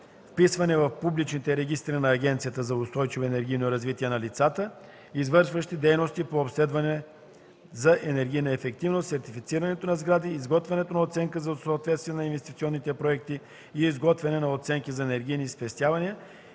вписване в публичните регистри на Агенцията за устойчиво енергийно развитие на лицата, извършващи дейности по обследването за енергийна ефективност, сертифицирането на сгради, изготвянето на оценка за съответствие на инвестиционните проекти и изготвянето на оценки за енергийни спестявания,